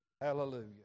Hallelujah